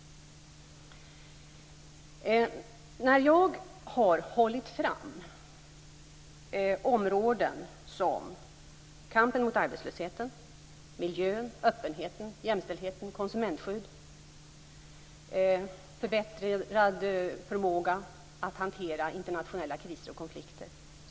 Jag har såsom viktiga områden framhållit kampen mot arbetslösheten, miljön, öppenheten, jämställdheten, konsumentskydd, förbättrad förmåga att hantera internationella kriser och konflikter.